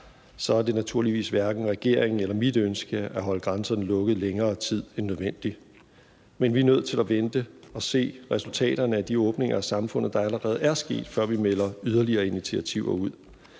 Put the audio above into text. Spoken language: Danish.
er det naturligvis hverken regeringens eller mit ønske at holde grænserne lukkede i længere tid end nødvendigt. Men vi er nødt til at vente og se resultaterne af de åbninger af samfundet, der allerede er sket, før vi melder yderligere initiativer ud.